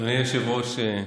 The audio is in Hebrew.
אדוני היושב-ראש,